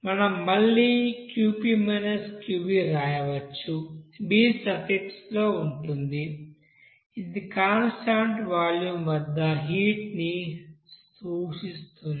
మనం మళ్ళీ Qp Qv వ్రాయవచ్చు v సఫిక్సలో ఉంది ఇది కాన్స్టాంట్ వాల్యూమ్ వద్ద హీట్ ని సూచిస్తుంది